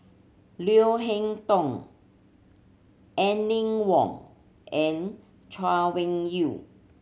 Leo Hee Tong Aline Wong and Chay Weng Yew